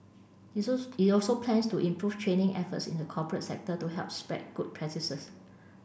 it it also plans to improve training efforts in the corporate sector to help spread good practices